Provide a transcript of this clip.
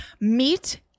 Meet